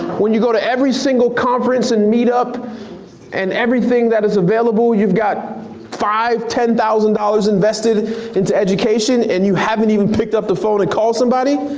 when you go to every single conference and meetup and everything that is available, you've got five, ten thousand dollars invested into education and you haven't even picked up the phone to and call somebody?